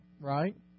Right